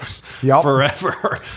forever